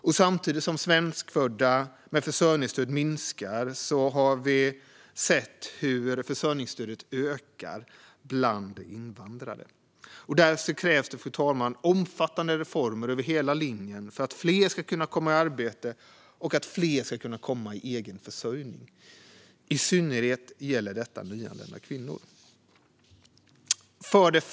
Och samtidigt som antalet svenskfödda med försörjningsstöd har minskat har antalet invandrare med försörjningsstöd ökat. Därför krävs det omfattande reformer över hela linjen för att fler ska kunna komma i arbete och i egen försörjning. Detta gäller i synnerhet nyanlända kvinnor. Fru talman!